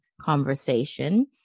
conversation